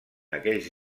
aquells